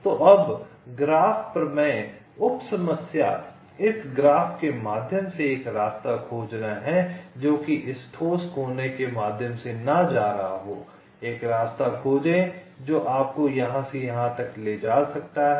तो अब ग्राफ प्रमेय उप समस्या इस ग्राफ के माध्यम से एक रास्ता खोजना है जोकि इस ठोस कोने के माध्यम से ना जा रहा हो एक रास्ता खोजें जो आपको यहां से यहां तक ले जा सकता है